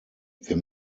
wir